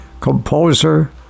composer